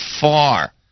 far